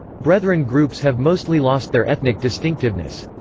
brethren groups have mostly lost their ethnic distinctiveness.